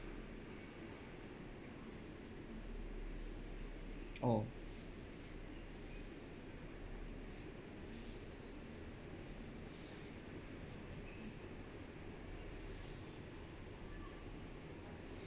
oh